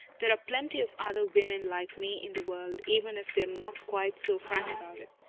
there are plenty of other women like me in the world, even if they are not quite so frank about it.